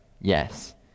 Yes